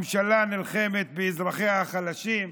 ממשלה הנלחמת באזרחיה החלשים,